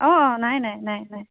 অ' অ' নাই নাই নাই নাই